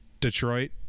Detroit